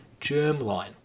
germline